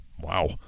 Wow